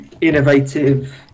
innovative